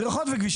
מדרכות וכבישים.